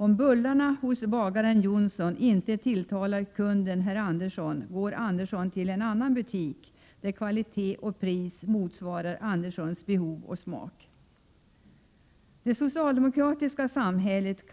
Om bullarna hos bagaren Jonsson inte tilltalar kunden herr Andersson, går Andersson till en annan butik, där kvalitet och pris motsvarar Anderssons behov och smak. Det socialdemokratiska samhället